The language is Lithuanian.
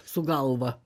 su galva